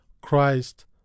Christ